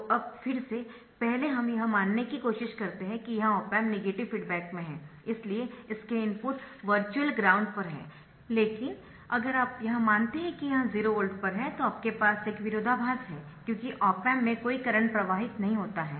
तो अब फिर से पहले हम यह मानने की कोशिश कर सकते है कि यह ऑप एम्प नेगेटिव फीडबैक में है इसलिए इसके इनपुट वर्चुअल ग्राउंड पर है लेकिन अगर आप यह मानते है कि यह 0 वोल्ट पर है तो आपके पास एक विरोधाभास है क्योंकि ऑप एम्प में कोई करंट प्रवाहित नहीं होता है